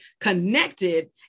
connected